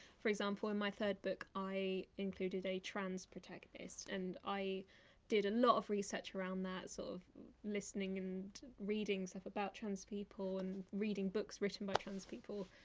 for example, and my third book, i included a trans protagonist and i did a lot of research around that, sort of listening and reading stuff about trans people, and reading books written by trans people,